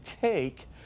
take